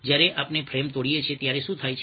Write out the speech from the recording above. જ્યારે આપણે ફ્રેમ તોડીએ છીએ ત્યારે શું થાય છે